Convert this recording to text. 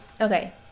okay